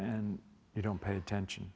and you don't pay attention